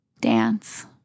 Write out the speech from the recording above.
dance